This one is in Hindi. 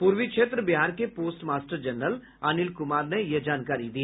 पूर्वी क्षेत्र बिहार के postmaster general Anil Kumar ने यह जानकारी दी